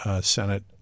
Senate